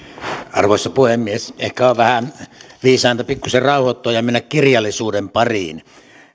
arvoisa puhemies ehkä on vähän viisainta pikkusen rauhoittua ja mennä kirjallisuuden pariin